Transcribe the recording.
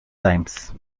times